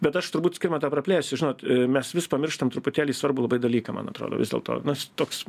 bet aš turbūt skirmantą praplėsiu žinot mes vis pamirštam truputėlį svarbų dalyką man atrodo vis dėlto nu jis toks